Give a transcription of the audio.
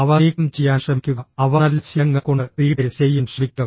അവ നീക്കം ചെയ്യാൻ ശ്രമിക്കുക അവ നല്ല ശീലങ്ങൾ കൊണ്ട് റീപ്ലേസ് ചെയ്യാൻ ശ്രമിക്കുക